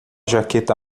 jaqueta